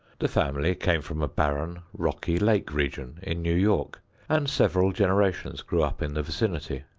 the family came from a barren, rocky, lake region in new york and several generations grew up in the vicinity.